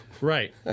Right